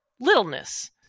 littleness